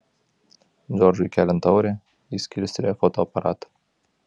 džordžui keliant taurę jis kilstelėjo fotoaparatą